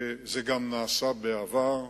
זה גם נעשה בעבר.